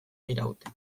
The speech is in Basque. diraute